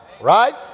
right